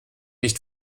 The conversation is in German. nicht